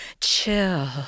chill